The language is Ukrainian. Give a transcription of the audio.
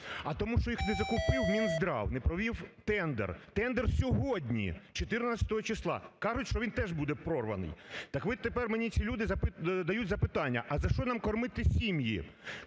А тому що їх не закупив Мінздрав, не провів тендер. Тендер сьогодні: 14-го числа. Кажуть, що він теж буде прорваний. Так от тепер мені ці люди дають запитання, а за що нам кормити сім'ї?